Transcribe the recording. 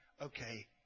okay